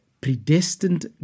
predestined